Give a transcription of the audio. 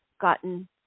gotten